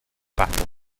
battle